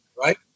Right